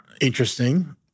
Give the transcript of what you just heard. interesting